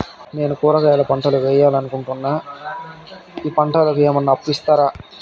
నేను కూరగాయల పంటలు వేయాలనుకుంటున్నాను, ఈ పంటలకు ఏమన్నా అప్పు ఇస్తారా?